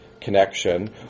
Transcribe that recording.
connection